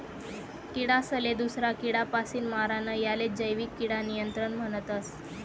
किडासले दूसरा किडापासीन मारानं यालेच जैविक किडा नियंत्रण म्हणतस